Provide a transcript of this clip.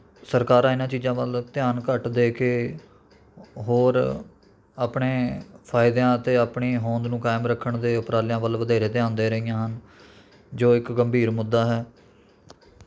ਸਰਕਾਰਾਂ ਇਨ੍ਹਾਂ ਚੀਜ਼ਾਂ ਵੱਲ ਧਿਆਨ ਘੱਟ ਦੇ ਕੇ ਹੋਰ ਆਪਣੇ ਫਾਇਦਿਆਂ ਅਤੇ ਆਪਣੀ ਹੋਂਦ ਨੂੰ ਕਾਇਮ ਰੱਖਣ ਦੇ ਉਪਰਾਲਿਆਂ ਵੱਲ ਵਧੇਰੇ ਧਿਆਨ ਦੇ ਰਹੀਆਂ ਹਨ ਜੋ ਇੱਕ ਗੰਭੀਰ ਮੁੱਦਾ ਹੈ